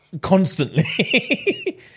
constantly